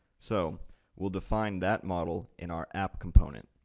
so we'll define that model in our app component,